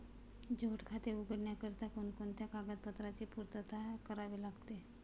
जोड खाते उघडण्याकरिता कोणकोणत्या कागदपत्रांची पूर्तता करावी लागते?